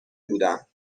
بودم